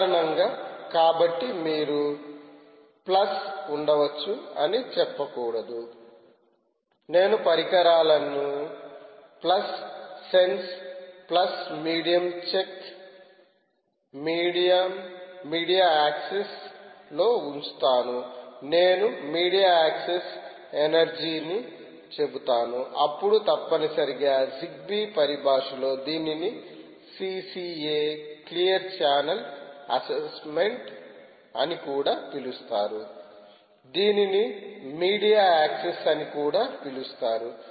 సాధారణంగా కాబట్టి మీరు ప్లస్ ఉంచవచ్చు అని చెప్పకూడదు నేను పరికరాలను plus sense plus medium check media యాక్సెస్లో ఉంచుతాను నేను మీడియా యాక్సెస్ ఎనర్జీ ని చెబుతాను అప్పుడు తప్పనిసరిగా జిగ్బీ పరిభాషలో దీనిని సిసిఎ క్లియర్ ఛానల్ అసెస్మెంట్ అని కూడా పిలుస్తారు దీనిని మీడియా యాక్సెస్ అని కూడా పిలుస్తారు